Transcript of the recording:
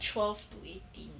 twelve to eighteen